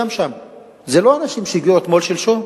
זה לא אנשים שהגיעו אתמול-שלשום.